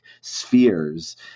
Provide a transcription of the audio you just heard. spheres